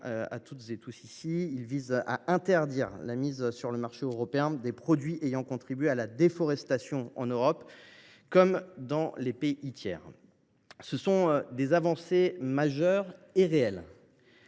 préoccupations : il vise à interdire la mise sur le marché européen des produits ayant contribué à la déforestation en Europe comme dans les pays tiers. Ce sont des avancées majeures et réelles.